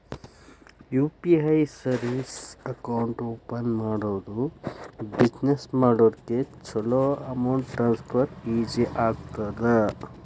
UPI service account open ಮಾಡೋದು business ಮಾಡೋರಿಗ ಚೊಲೋ ಅಮೌಂಟ್ ಟ್ರಾನ್ಸ್ಫರ್ ಈಜಿ ಆಗತ್ತ